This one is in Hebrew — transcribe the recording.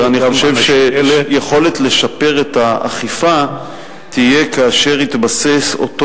אני חושב שתהיה יכולת לשפר את האכיפה כאשר יתבסס אותו